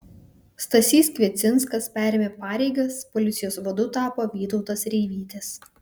stasys kviecinskas perėmė pareigas policijos vadu tapo vytautas reivytis